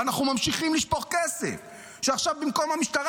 ואנחנו ממשיכים לשפוך כסף שעכשיו במקום המשטרה